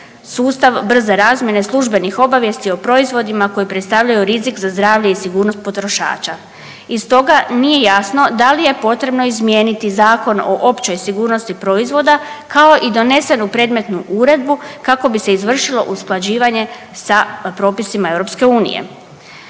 sustav brze razmjene službenih obavijesti o proizvodima koji predstavljaju rizik za zdravlje i sigurnost potrošača. Iz toga nije jasno da li je potrebno izmijeniti Zakon o općoj sigurnosti proizvoda kao i donesenu predmetnu Uredbu kako bi se izvršilo usklađivanje sa propisima